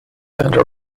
under